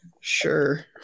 sure